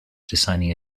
designing